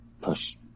push